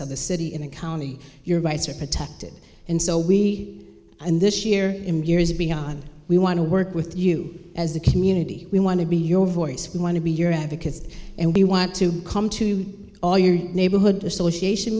of the city and county your rights are protected and so we and this year in years beyond we want to work with you as a community we want to be your voice we want to be your advocates and we want to come to all your neighborhood association